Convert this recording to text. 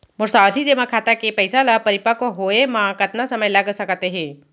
मोर सावधि जेमा खाता के पइसा ल परिपक्व होये म कतना समय लग सकत हे?